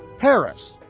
paris,